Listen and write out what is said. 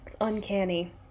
Uncanny